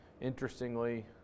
Interestingly